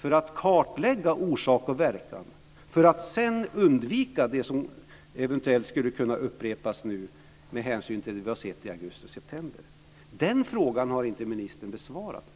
för att kartlägga orsak och verkan för att sedan undvika det som eventuellt skulle kunna upprepas med tanke på det vi har sett i augusti september? Den frågan har inte ministern besvarat.